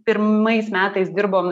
pirmais metais dirbom